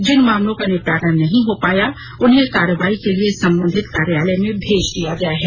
जिन मामलों का निपटारा नहीं हो पाया उन्हें कार्रवाई के लिए संबंधित कार्यालय में भेज दिया गया है